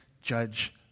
judge